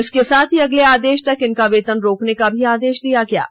इसके साथ ही अगले आदेश तक इनका वेतन रोकने का आदेश दिया है